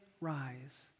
rise